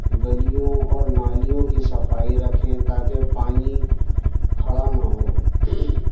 گلیوں اور نالیوں کی صفائی رکھیں تاکہ پانی کھڑا نہ ہو